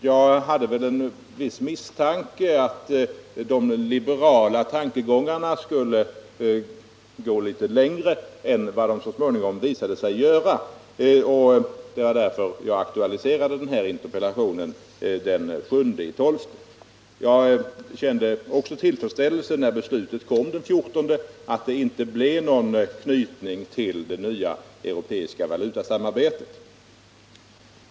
Jag hyste vissa farhågor för att de liberala tankegångarna skulle gå litet längre än vad de så småningom visade sig göra, och det var därför jag framställde den här interpellationen den 7 december. När beslutet fattades den 14 december kände jag tillfredsställelse med att det inte innebar någon knytning till det nya europeiska valutasamarbetet.